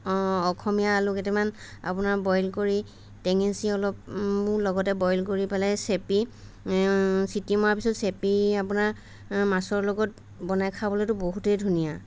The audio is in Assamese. অসমীয়া আলু কেইটামান আপোনাৰ বইল কৰি টেঙেচি অলপ লগতে বইল কৰি পেলাই চেপি চিটি মৰাৰ পিছত চেপি আপোনাৰ আ মাছৰ লগত বনাই খাবলৈতো বহুতেই ধুনীয়া